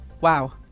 Wow